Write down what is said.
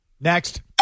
Next